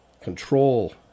control